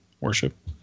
worship